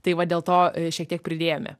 tai va dėl to šiek tiek pridėjome